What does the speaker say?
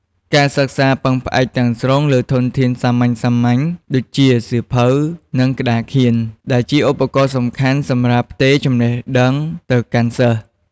ការសិក្សាពឹងផ្អែកទាំងស្រុងលើធនធានសាមញ្ញៗដូចជា សៀវភៅ និង ក្តារខៀន ដែលជាឧបករណ៍សំខាន់សម្រាប់ផ្ទេរចំណេះដឹងទៅកាន់សិស្ស។